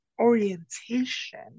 orientation